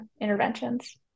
interventions